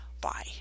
Bye